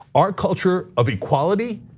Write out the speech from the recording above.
our culture of equality,